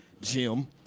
Jim